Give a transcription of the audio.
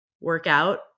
workout